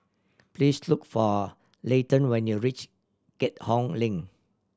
please look for Layton when you reach Keat Hong Link